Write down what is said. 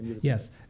Yes